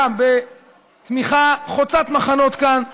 גם בתמיכה חוצת מחנות כאן בכנסת,